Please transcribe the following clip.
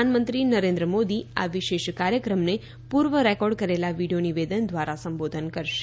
પ્રધાનમંત્રી નરેન્દ્ર મોદી આ વિશેષ કાર્યક્રમને પૂર્વ રેકોર્ડ કરેલા વીડિયો નિવેદન દ્વારા સંબોધન કરશે